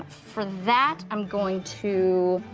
for that i'm going to,